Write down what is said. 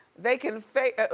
they can phase,